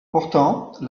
pourtant